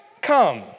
come